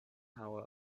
hour